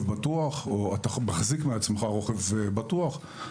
בטוח או אתה מחזיק מעצמך רוכב בטוח,